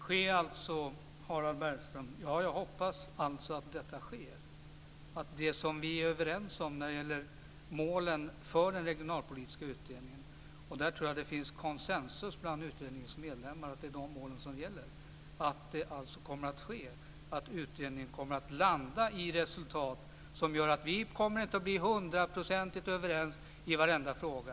Fru talman! Ske alltså, sade Harald Bergström. Jag hoppas att detta sker, dvs. det som vi är överens om när det gäller målen för den regionalpolitiska utredningen. Jag tror att det finns konsensus bland utredningens medlemmar att det är de målen som gäller. Det kommer alltså att ske. Utredningen kommer att landa i resultat. Vi kommer inte att bli hundraprocentigt överens i varenda fråga.